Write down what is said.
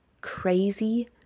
crazy